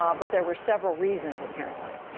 um but there were several reasons, apparently.